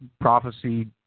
Prophecy